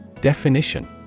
Definition